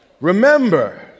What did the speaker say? Remember